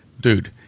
dude